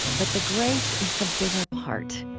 but the grace is the bigger part.